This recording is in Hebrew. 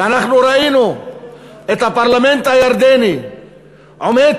ואנחנו ראינו את הפרלמנט הירדני עומד